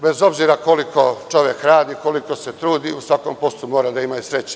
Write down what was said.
Bez obzira koliko čovek radi, koliko se trudi, u svakom poslu mora da ima i sreće.